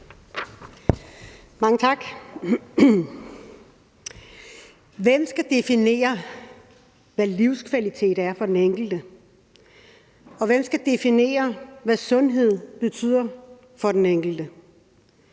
Mange tak. Hvem skal definere, hvad livskvalitet er for den enkelte? Og hvem skal definere, hvad sundhed betyder for den enkelte?